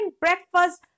breakfast